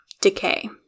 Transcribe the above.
decay